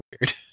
weird